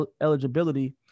eligibility